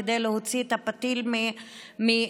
כדי להוציא את הפתיל מהפצצה,